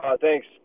Thanks